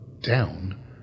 down